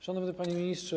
Szanowny Panie Ministrze!